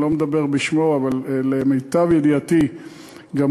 אני לא מדבר בשמו אבל למיטב ידיעתי גם